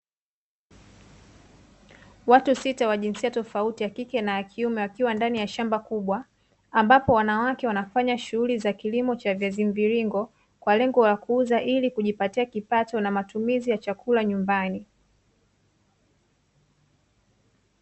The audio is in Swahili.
Watu sita wa jinsia tofauti ya kike na ya kiume wakiwa ndani ya shamba kubwa, ambapo wanawake wanafanya shughuli za kilimo cha viazi mviringo kwa lengo la kuuza ili kujipatia kipato na matumizi ya chakula nyumbani.